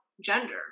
gender